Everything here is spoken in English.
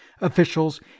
officials